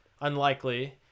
unlikely